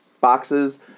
boxes